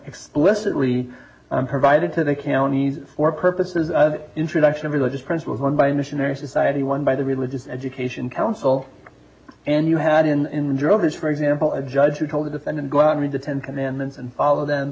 explicitly provided to the county or purposes introduction of religious principles one by missionary society one by the religious education council and you had in droves for example a judge who told the defendant go out and read the ten commandments and follow them